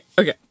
Okay